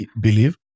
believe